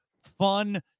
Fun